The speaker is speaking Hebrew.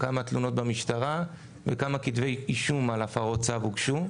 כמה תלונות במשטרה וכמה כתבי אישום על הפרות צו הוגשו.